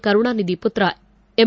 ಕರುಣಾನಿಧಿ ಪುತ್ರ ಎಂ